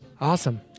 awesome